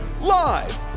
Live